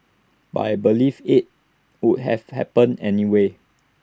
but I believe IT would have happened anyway